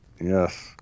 Yes